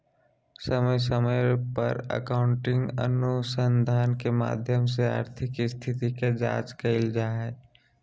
समय समय पर अकाउन्टिंग अनुसंधान के माध्यम से आर्थिक स्थिति के जांच कईल जा हइ